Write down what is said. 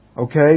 Okay